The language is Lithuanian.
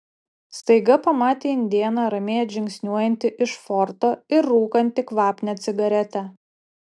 staiga pamatė indėną ramiai atžingsniuojantį iš forto ir rūkantį kvapnią cigaretę